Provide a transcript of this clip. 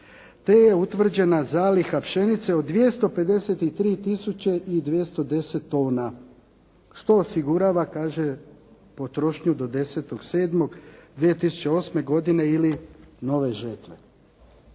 te je utvrđena zaliha pšenice od 253 tisuće i 210 tona, što osigurava kaže potrošnju do 10.07.2008. godine ili nove žetve.